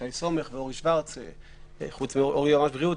שי סומך ואורי שוורץ שהוא יועמ"ש בריאות,